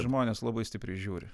žmonės labai stipriai žiūri